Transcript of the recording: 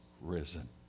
risen